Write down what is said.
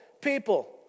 people